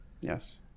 Yes